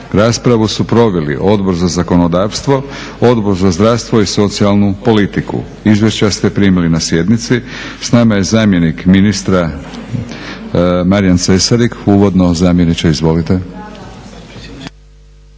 Raspravu su proveli Odbor za zakonodavstvo, Odbor za zdravstvo i socijalnu politiku. Izvješća ste primili na sjednici. S nama je zamjenik ministra Marijan Cesarik. Uvodno, zamjeniče izvolite.